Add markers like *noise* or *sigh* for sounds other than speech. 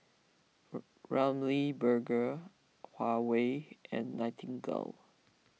*unintelligible* Ramly Burger Huawei and Nightingale